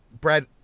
Brad